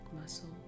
muscle